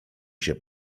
się